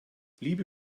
liebe